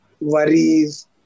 worries